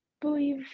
believe